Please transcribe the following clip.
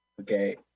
Okay